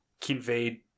conveyed